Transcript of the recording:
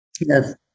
yes